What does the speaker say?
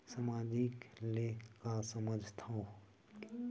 सामाजिक ले का समझ थाव?